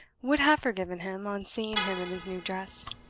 would have forgiven him, on seeing him in his new dress.